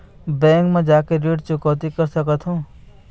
Bank न जाके भी ऋण चुकैती कर सकथों?